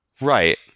Right